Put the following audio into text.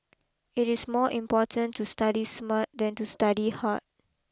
it is more important to study smart than to study hard